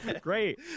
Great